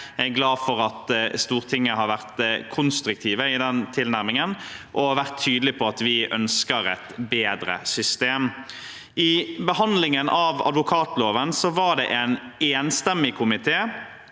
Jeg er glad for at Stortinget har vært konstruktive i den tilnærmingen og tydelige på at vi ønsker et bedre system. I behandlingen av advokatloven var det en enstemmig komité